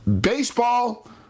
Baseball